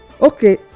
Okay